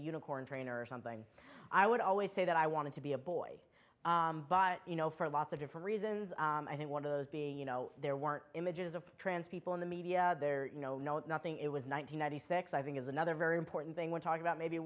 unicorn trainer or something i would always say that i wanted to be a boy but you know for lots of different reasons i think one of those being you know there weren't images of trans people in the media there no no nothing it was one thousand nine hundred six i think is another very important thing we're talking about maybe